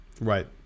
Right